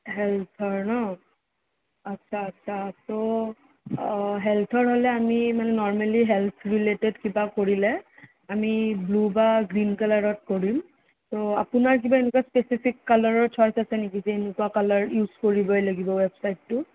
হেল্থৰ ন আচ্ছা আচ্ছা ট' হেল্থৰ হ'লে আমি নৰমেলি হেল্থ ৰিলেটেড কিবা কৰিলে আমি ব্লু বা গ্ৰীন কালাৰত কৰিম ত' আপোনাৰ কিবা এনেকুৱা স্পেচিফিক কালাৰ চইজ আছে নেকি যে এনেকুৱা কালাৰ ইউজ কৰিবই লাগিব ৱেব চাইডটো